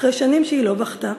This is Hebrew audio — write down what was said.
אחרי שנים שהיא לא בכתה.